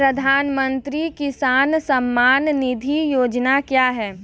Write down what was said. प्रधानमंत्री किसान सम्मान निधि योजना क्या है?